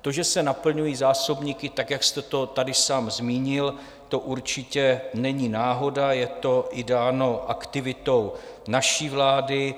To, že se naplňují zásobníky tak, jak jste to tady sám zmínil, to určitě není náhoda, je to dáno i aktivitou naší vlády.